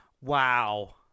Wow